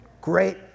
Great